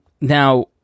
Now